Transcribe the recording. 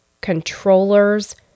controllers